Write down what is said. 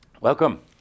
Welcome